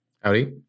Howdy